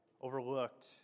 overlooked